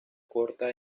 corta